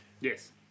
Yes